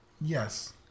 Yes